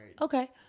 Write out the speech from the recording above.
Okay